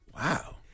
Wow